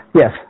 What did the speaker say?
Yes